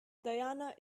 diana